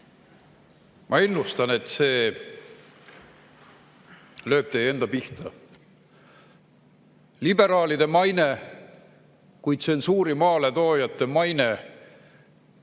Ma ennustan, et see lööb teie enda pihta. Liberaalide maine kui tsensuuri maaletoojate maine